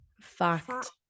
fact